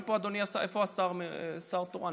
אדוני, איפה השר התורן?